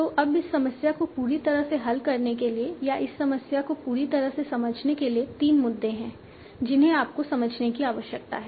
तो अब इस समस्या को पूरी तरह से हल करने के लिए या इस समस्या को पूरी तरह से समझने के लिए तीन मुद्दे हैं जिन्हें आपको समझने की आवश्यकता है